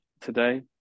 today